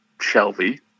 Shelby